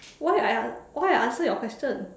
why I an~ why I answer your question